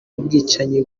bwicanyi